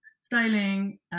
styling